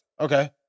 Okay